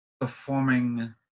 performing